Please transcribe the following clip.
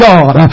God